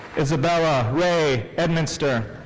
isabella rae edminster.